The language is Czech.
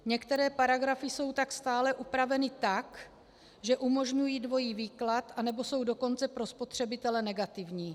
Některé paragrafy jsou stále upraveny tak, že umožňují dvojí výklad, nebo jsou dokonce pro spotřebitele negativní.